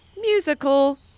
musical